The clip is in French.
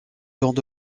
grandes